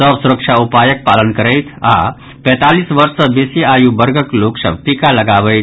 सभ सुरक्षा उपायक पालन करथि आ पैंतालीस वर्ष सँ बेसी आयु वर्गक लोक सभ टीका लगबावथि